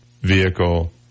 vehicle